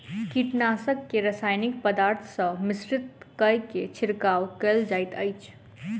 कीटनाशक के रासायनिक पदार्थ सॅ मिश्रित कय के छिड़काव कयल जाइत अछि